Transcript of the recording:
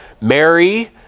Mary